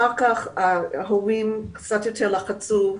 אחר כך ההורים קצת יותר לחצו,